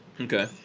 Okay